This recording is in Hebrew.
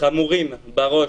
חמורות בראש.